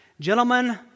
gentlemen